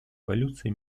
эволюции